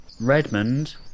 Redmond